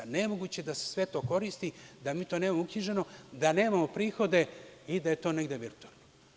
Nemoguće da se sve to koristi, a da mi to nemamo uknjiženo, da nemamo prihode i da je to negde virtuelno.